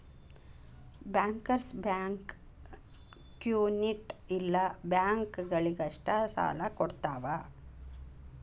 bankers bank community ಇಲ್ಲ ಬ್ಯಾಂಕ ಗಳಿಗಷ್ಟ ಸಾಲಾ ಕೊಡ್ತಾವ